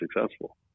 successful